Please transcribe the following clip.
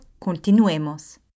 continuemos